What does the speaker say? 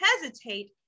hesitate